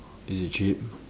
is it cheap